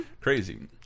crazy